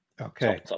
okay